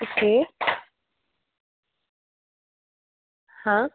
okay हां